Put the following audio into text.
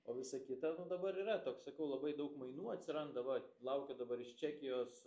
o visa kita nu dabar yra toks sakau labai daug mainų atsiranda va laukiu dabar iš čekijos